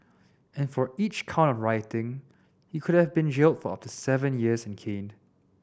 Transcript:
and for each count of rioting he could have been jailed for up to seven years and caned